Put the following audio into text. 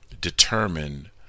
determine